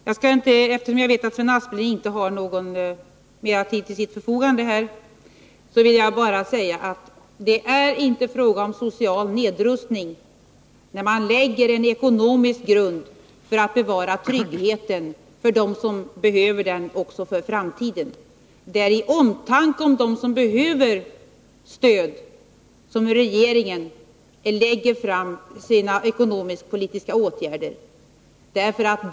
Herr talman! Eftersom jag vet att Sven Aspling inte har mer tid till sitt förfogande nu vill jag bara säga att det inte är fråga om en social nedrustning när man lägger en ekonomisk grund för att bevara tryggheten för dem som behöver den också i framtiden. Det är i omtanke om dem som behöver ett stöd som regeringen lägger fram sina ekonomisk-politiska förslag.